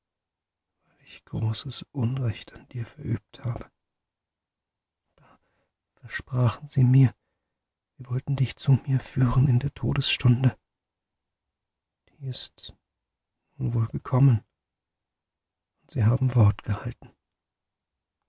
ich großes unrecht an dir verübt habe da versprachen sie mir sie wollten dich zu mir führen in der todesstunde die ist nun wohl gekommen und sie haben wort gehalten